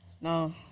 No